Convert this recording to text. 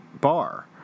bar